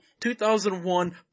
2001